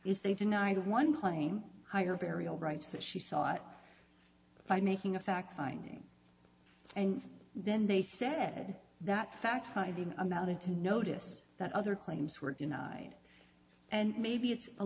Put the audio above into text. is they denied one claim higher burial rights that she sought by making a fact finding and then they said that fact finding amounted to notice that other claims were denied and maybe it's a